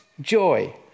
joy